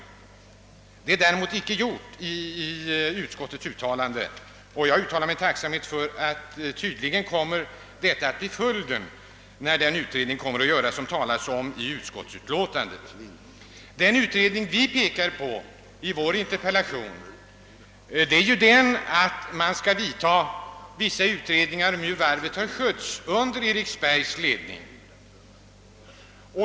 Detta är alltså inte gjort i utskottets skrivning, men jag uttalar min tacksamhet för att det tydligen kommer att bli fallet när den utredning, som det talas om i utskottsutlåtandet, kommer att igångsättas. Den utredning som jag pekar på i min interpellation går ut på att det skall vidtas vissa undersökningar hur varvet har skötts under Eriksbergsvarvets ledning.